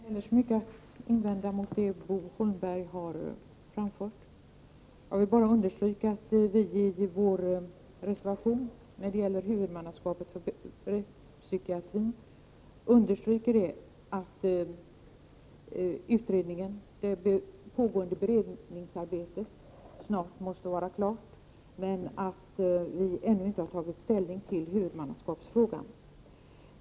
Herr talman! Jag har inte heller så mycket att invända mot det Bo Holmberg har framfört. Jag vill bara understryka att vi i vår reservation om huvudmannaskapet för rättspsykiatrin betonar att det pågående beredningsarbetet snart måste vara klart men att vi ännu inte har tagit ställning till huvudmannaskapsfrågan.